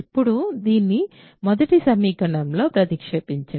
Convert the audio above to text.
ఇప్పుడు దీన్ని మొదటి సమీకరణంలో ప్రతిక్షేపించండి